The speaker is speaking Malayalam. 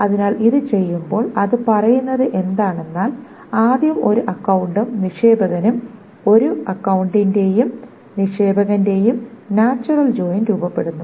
അതിനാൽ ഇത് ചെയ്യുമ്പോൾ അത് പറയുന്നത് എന്താണെന്നാൽ ആദ്യം ഒരു അക്കൌണ്ടും നിക്ഷേപകനും ഒരു അക്കൌണ്ടിന്റെയും നിക്ഷേപകന്റെയും നാച്ചുറൽ ജോയിൻ രൂപപ്പെടുന്നു